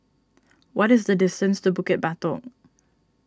what is the distance to Bukit Batok